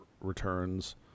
returns